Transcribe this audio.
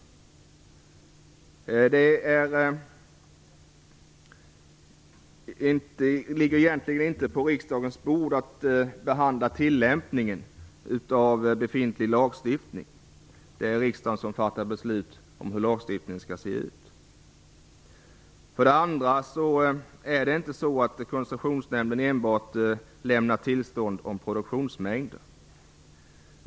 Det är egentligen inte riksdagens uppgift att behandla tillämpningen av befintlig lagstiftning. Det är riksdagen som fattar beslut om hur lagstiftningen skall se ut. Det är inte heller så att Koncessionsnämnden enbart lämnar tillstånd om produktionsmängder.